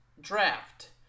draft